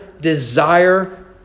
desire